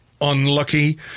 unlucky